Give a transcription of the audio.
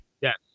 Yes